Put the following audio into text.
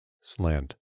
slant